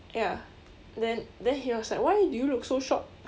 ya then then he was like why do you look so shocked